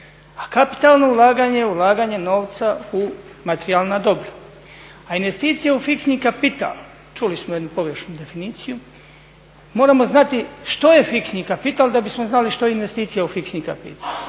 A kapitalno ulaganje je ulaganje novca u materijalna dobra. A investicije u fiksni kapital, čuli smo jednu pogrešnu definiciju, moramo znati što je fiksni kapital da bismo znali što je investicija u fiksni kapital.